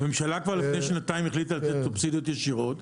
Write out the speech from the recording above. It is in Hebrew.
כבר לפני שנתיים החליטה הממשלה לתת סובסידיות ישירות,